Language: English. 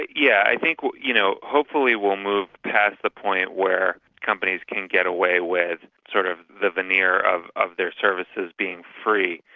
yeah. i think that you know hopefully we'll move past the point where companies can get away with sort of the veneer of of their services being free.